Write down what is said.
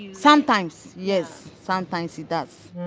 sometimes, yes. sometimes it does